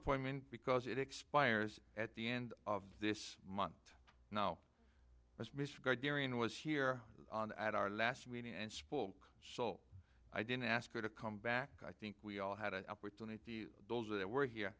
appointment because it expires at the end of this month now as i was here at our last meeting and school so i didn't ask you to come back i think we all had an opportunity those that were